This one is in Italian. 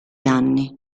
anni